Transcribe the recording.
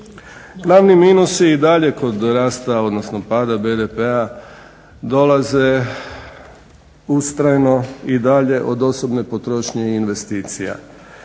Glavni minus je i dalje kod rasta, odnosno pada BDP-a dolaze ustrajno i dalje od osobne potrošnje i investicija,